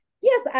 yes